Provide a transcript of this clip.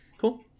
Cool